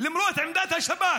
למרות עמדת השב"כ,